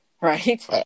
right